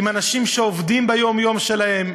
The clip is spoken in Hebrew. עם אנשים שעובדים ביום-יום שלהם,